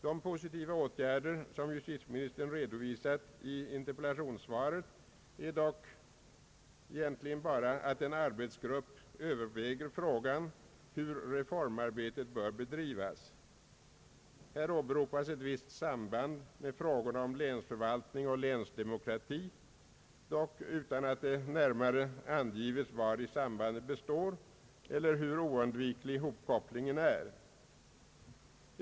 De positiva åtgärder som justitieministern har redovisat i interpellationssvaret är dock egentligen bara att en arbetsgrupp överväger frågan hur reformarbetet bör bedrivas. Här åberopas ett visst samband med frågorna om länsförvaltning och länsdemokrati, dock utan att det närmare angives vari sambandet består eller hur oundviklig hopkopplingen är.